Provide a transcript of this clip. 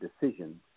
decisions